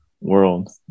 world